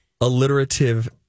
alliterative